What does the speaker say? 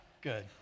Good